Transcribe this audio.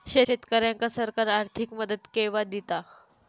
शेतकऱ्यांका सरकार आर्थिक मदत केवा दिता?